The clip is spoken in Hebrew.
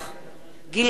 גלעד ארדן,